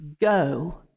Go